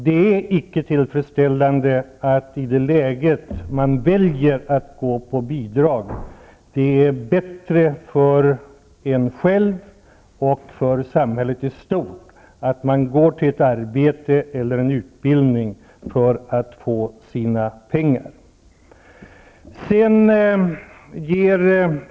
Det är inte tillfredsställande att man väljer att leva på bidrag i det läget. Det är bättre för en själv och för samhället i stort att man går till ett arbete eller en utbildning för att få sina pengar.